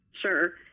Sure